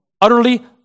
utterly